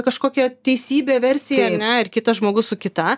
kažkokia teisybe versija ar ne ir kitas žmogus su kita